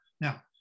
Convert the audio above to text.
Now